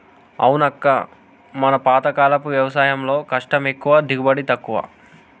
అవునక్క మన పాతకాలపు వ్యవసాయంలో కష్టం ఎక్కువ దిగుబడి తక్కువ